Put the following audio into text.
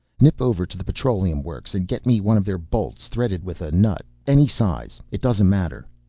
nip over to the petroleum works and get me one of their bolts threaded with a nut, any size, it doesn't matter.